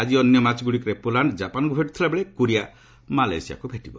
ଆଜି ଅନ୍ୟ ମ୍ୟାଚ୍ଗୁଡ଼ିକରେ ପୋଲାଣ୍ଡ ଜାପାନକୁ ଭେଟୁଥିବା ବେଳେ କୋରିଆ ମାଲେସିଆକୁ ଭେଟିବ